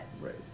Right